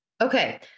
Okay